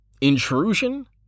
Intrusion